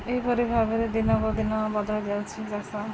ଏହିପରି ଭାବରେ ଦିନକୁ ଦିନ ବଦଳି ଯାଉଛି ଚାଷ